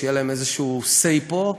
שיהיה להם איזשהו say פה,